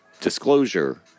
disclosure